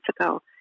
ago